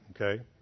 okay